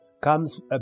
comes